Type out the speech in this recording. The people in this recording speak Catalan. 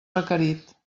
requerit